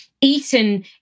eaten